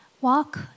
walk